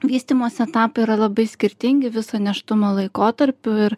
vystymosi etapai yra labai skirtingi viso nėštumo laikotarpiu ir